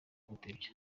gutebya